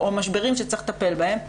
או משברים שצריך לטפל בהם,